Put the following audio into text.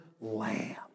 lamb